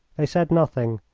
they said nothing,